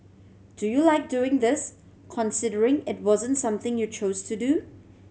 do you like doing this considering it wasn't something you chose to do